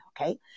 okay